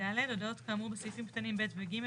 (ד) הודעות כאמור בסעיפים קטנים (ב) ו-(ג)